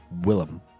Willem